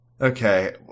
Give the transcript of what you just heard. Okay